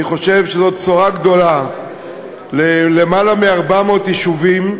אני חושב שזאת בשורה גדולה ליותר מ-400 יישובים,